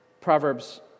Proverbs